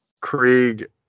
Krieg